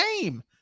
game